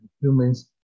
human's